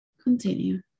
Continue